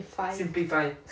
simplify